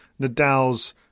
Nadal's